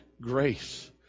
grace